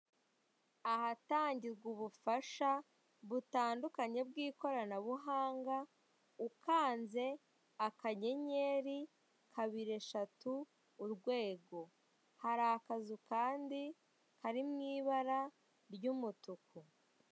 Ahatangirwa ubufasha butandukanye bw'ikoranabuhanga ukanze akanyenyeri kabiri eshatu urwego, hari akazu kandi kari mu ibara ry'umutuku.